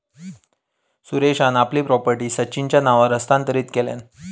सुरेशान आपली प्रॉपर्टी सचिनच्या नावावर हस्तांतरीत केल्यान